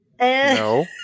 No